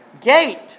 gate